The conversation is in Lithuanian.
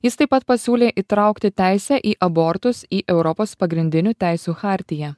jis taip pat pasiūlė įtraukti teisę į abortus į europos pagrindinių teisių chartiją